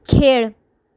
खेळ